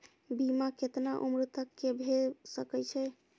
बीमा केतना उम्र तक के भे सके छै?